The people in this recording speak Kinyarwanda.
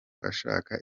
ashaka